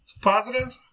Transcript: Positive